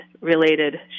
related